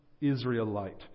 Israelite